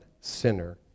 sinner